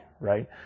right